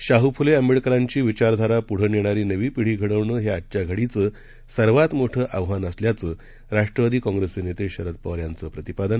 शाहफुलेआंबेडकरांचीविचारधारापुढं नेणारी नवीपिढीघडवणं हे आजच्या घडीचं सर्वात मोठं आव्हान असल्याचं राष्ट्रवादी काँग्रेसचे नेते शरद पवार यांचं प्रतिपादन